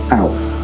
out